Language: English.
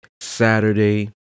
Saturday